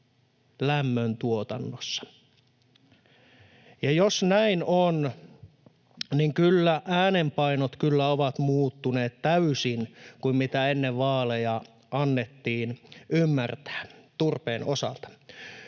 lämmöntuotannossa? Jos näin on, niin kyllä äänenpainot ovat muuttuneet täysin siitä, mitä ennen vaaleja annettiin ymmärtää turpeen osalta.